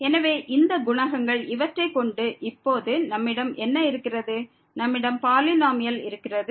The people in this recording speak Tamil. எனவே இந்த குணகங்கள் இவற்றைக் கொண்டு இப்போது நம்மிடம் என்ன இருக்கிறது நம்மிடம் பாலினோமியல் இருக்கிறது